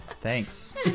Thanks